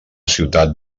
ciutat